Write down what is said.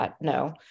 no